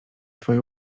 twoje